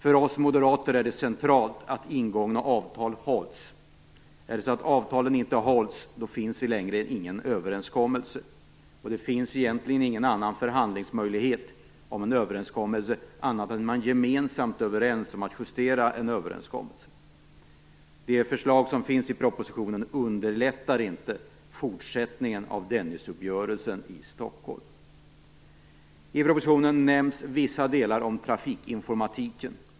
För oss moderater är det centralt att ingångna avtal hålls. Om avtalen inte hålls finns inte längre någon överenskommelse. Det finns egentligen ingen annan förhandlingsmöjlighet om en överenskommelse annat än att man gemensamt kommer överens att justera överenskommelsen. Det förslag som finns i propositionen underlättar inte fortsättningen av Dennisuppgörelsen i Stockholm. I propositionen nämns i vissa delar trafikinformatiken.